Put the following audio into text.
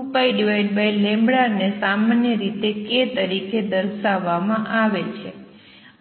2πλ ને સામાન્ય રીતે k તરીકે દર્શાવવામાં આવે છે